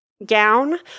Gown